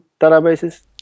databases